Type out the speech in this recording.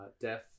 Death